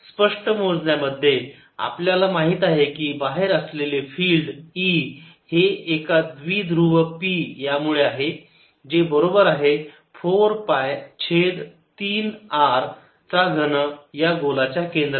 E P30 P030 zEoutside EinsideEoutside P030 z स्पष्ट मोजण्या मध्ये आपल्याला माहित आहे की बाहेर असलेले फिल्ड E हे एका द्विध्रुव p यामुळे आहे जे बरोबर आहे 4 पाय छेद 3 r चा घन या गोलाच्या केंद्रावर